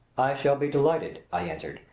shall be delighted, i answered,